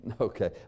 Okay